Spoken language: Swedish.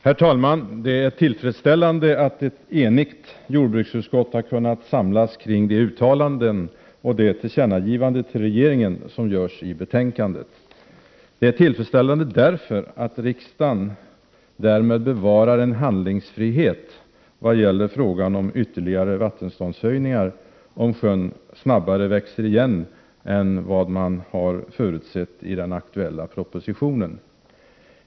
Herr talman! Det är tillfredsställande att ett enigt jordbruksutskott har kunnat samlas kring de uttalanden och de tillkännagivanden till regeringen som görs i betänkandet. Det är tillfredsställande därför att riksdagen därmed bevarar en handlingsfrihet vad gäller frågan om ytterligare vattenståndshöjningar, om sjön snabbare växer igen än vad som förutsätts i den aktuella propositionen.